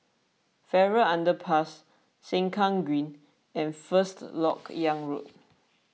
Farrer Underpass Sengkang Green and First Lok Yang Road